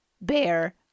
bear